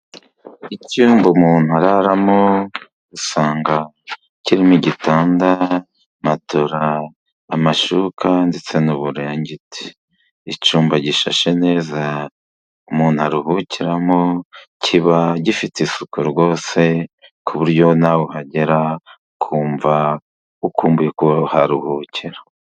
Icyumba umuntu araramo usanga kirimo igitanda, matora, amashuka ndetse n'uburangiti. Icyumba gishashe neza, umuntu aruhukiramo kiba gifite isuku rwose, ku buryo na we uhagera ukumva ukumbuye kuharuhukira.